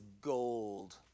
gold